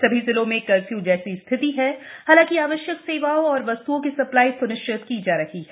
सभी जिलों में कर्फ्यू जैसी स्थिति है हालाकि आवश्यक सेवाओं और वस्त्ओं की सप्लाई स्निश्चित की जा रही है